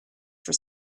for